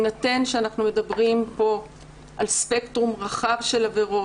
בהינתן שאנחנו מדברים פה על ספקטרום רחב של עבירות,